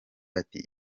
ati